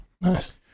Nice